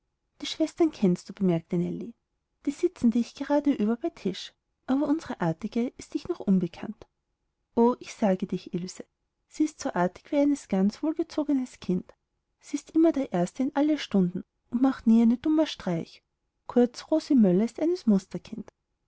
die schwestern kennst du bemerkte nellie sie sitzen dich gradeüber bei tisch aber unsre artige ist dich noch unbekannt o ich sage dich ilse sie ist so artig wie eines ganz wohlgezogenes kind sie ist immer der erste in alle stunden und macht nie eine dummer streich kurz rosi möller ist eines